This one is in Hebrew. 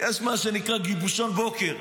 יש מה שנקרא גיבושון בוקר.